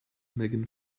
megan